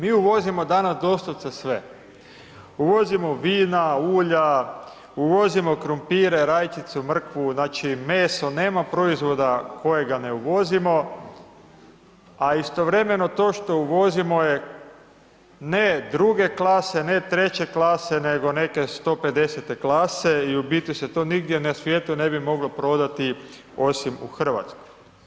Mi uvozimo danas doslovce sve, uvozimo vina, ulja, uvozimo krumpire, rajčicu, mrkvu, znači, meso, nema proizvoda kojega ne uvozimo, a istovremeno to što uvozimo je ne druge klase, ne treće klase, nego neke 150-te klase i u biti se to nigdje na svijetu ne bi moglo prodati, osim u RH.